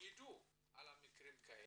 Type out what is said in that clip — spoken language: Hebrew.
ידעו על מקרים כאלה,